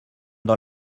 dans